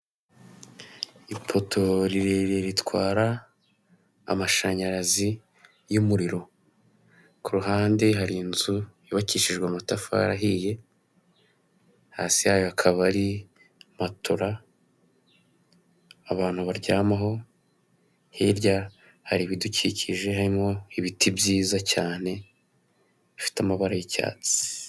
Ipoto rirerire ritwara amashanyarazi y'umuriro, ku ruhande hari inzu yubakishijwe amatafari ahiye, hasi yayo hakaba ari matora abantu baryamaho, hirya hari ibidukikije, harimo ibiti byiza cyane bifite amabara y'icyatsi.